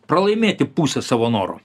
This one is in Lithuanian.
pralaimėti pusę savo noru